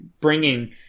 bringing